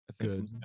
good